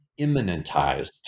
immanentized